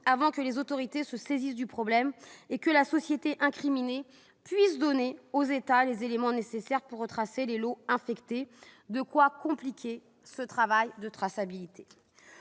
avant que les autorités ne se saisissent du problème et que la société incriminée puisse donner aux États les éléments nécessaires pour retracer les lots infectés. De quoi compliquer ce travail de traçabilité